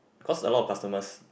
cause a lot of customers